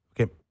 okay